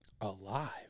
alive